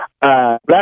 black